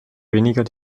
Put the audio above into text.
weniger